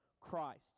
Christ